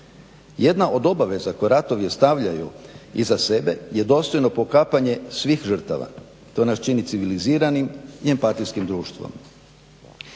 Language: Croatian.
Jedna od obaveza koje ratovi ostavljaju iza sebe je dostojno pokapanje svih žrtava. To nas čini civiliziranim i empatijskim društvom.